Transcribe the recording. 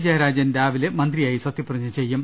ജയരാജൻ രാവിലെ മന്ത്രിയായി സത്യപ്രതിജ്ഞ ചെയ്യും